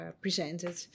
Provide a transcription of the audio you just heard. presented